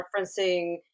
referencing